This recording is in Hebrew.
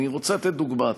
אני רוצה לתת דוגמה.